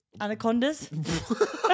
Anacondas